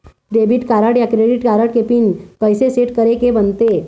Debit card या credit card के PIN कइसे सेट करे के बनते?